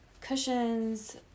cushions